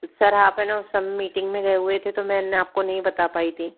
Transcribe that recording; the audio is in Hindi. सर आप है ना उस समय मीटिंग में गये हुए थे तो मैं ना आपको नहीं बता पाई थी